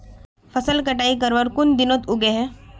फसल कटाई करवार कुन दिनोत उगैहे?